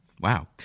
Wow